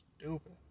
stupid